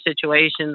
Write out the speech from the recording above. situations